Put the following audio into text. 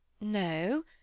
No